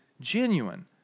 genuine